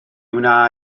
wna